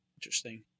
Interesting